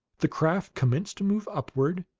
the craft commenced to move upward,